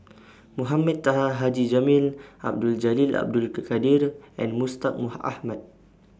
Mohamed Taha Haji Jamil Abdul Jalil Abdul Kadir and Mustaq Ahmad